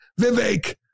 Vivek